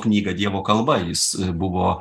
knygą dievo kalba jis buvo